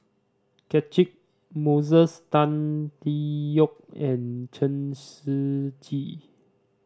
Catchick Moses Tan Tee Yoke and Chen Shiji